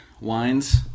wines